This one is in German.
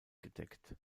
gedeckt